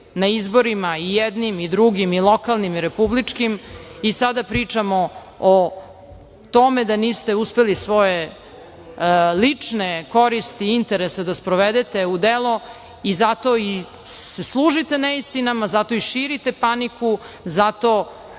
na izborima, i jednim i drugim, i lokalnim i republičkim, i sada pričamo o tome da niste uspeli svoje lične koriste i interese da sprovedete u delo i zato se služite neistinama, zato i širite paniku. Pre